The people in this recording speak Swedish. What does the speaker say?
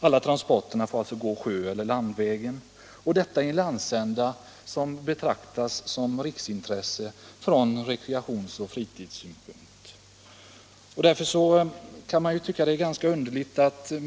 Alla transporter får alltså gå sjö eller landsvägen, och detta i en landsända som betraktas som riksintresse från rekreationsoch fritidssynpunkt.